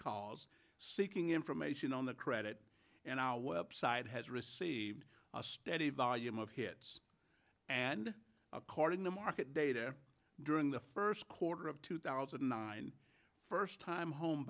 calls seeking information on the credit and our website has received a steady volume of hits and according to market data during the first quarter of two thousand and nine first time home